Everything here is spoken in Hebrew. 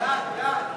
הוועדה לאנרגיה אטומית,